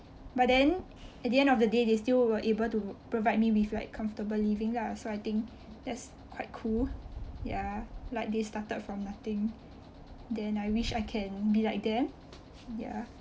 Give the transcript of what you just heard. but then at the end of the day they still were able to provide me with like comfortable living lah so I think that's quite cool ya like they started from nothing then I wish I can be like them ya